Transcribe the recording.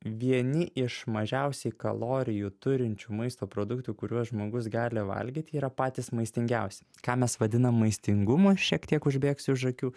vieni iš mažiausiai kalorijų turinčių maisto produktų kuriuos žmogus gali valgyti yra patys maistingiausi ką mes vadinam maistingumu šiek tiek užbėgsiu už akių